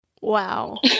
Wow